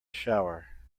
shower